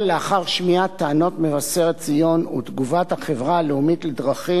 לאחר שמיעת טענות מבשרת-ציון ותגובת החברה הלאומית לדרכים,